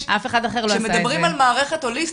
כשמדברים על מערכת הוליסטית,